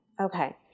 Okay